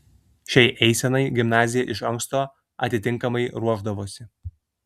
šiai eisenai gimnazija iš anksto atitinkamai ruošdavosi